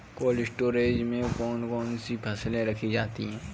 Cold storage में कौन कौन सी फसलें रखी जाती हैं?